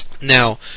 Now